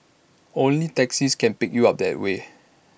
only taxis can pick you up that way